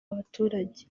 abaturage